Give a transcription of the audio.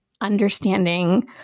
understanding